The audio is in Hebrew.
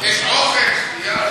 השעה 04:00, אתה